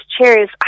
chairs